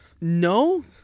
No